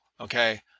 Okay